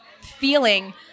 feeling